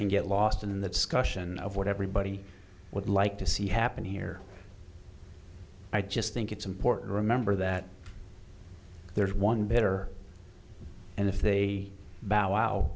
can get lost in the discussion of what everybody would like to see happen here i just think it's important to remember that there's one better and if they bow wow